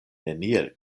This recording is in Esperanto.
neniel